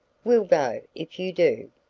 we'll go, if you do.